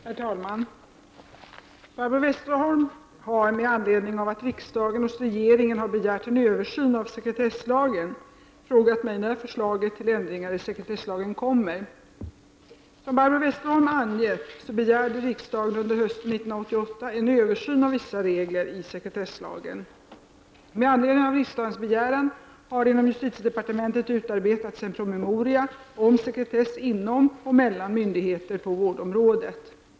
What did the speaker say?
Herr talman! Barbro Westerholm har med anledning av att riksdagen hos regeringen har begärt en översyn av sekretesslagen frågat mig när förslaget till ändringar i sekretesslagen kommer. Som Barbro Westerholm angett begärde riksdagen under hösten 1988 en översyn av vissa regler i sekretesslagen. Med anledning av riksdagens begäran har inom justitiedepartementet utarbetats en promemoria om sekretess inom och mellan myndigheter på vårdområdet .